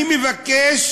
אני מבקש